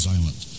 Island